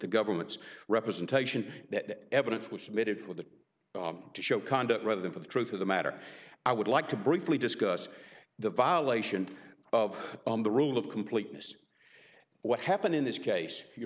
the government's representations that evidence was submitted for the show conduct rather than for the truth of the matter i would like to briefly discuss the violation of the rule of completeness what happened in this case you